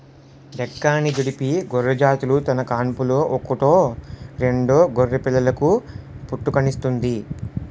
డెక్కాని, జుడిపి గొర్రెజాతులు తన కాన్పులో ఒకటో రెండో గొర్రెపిల్లలకు పుట్టుకనిస్తుంది